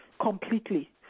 completely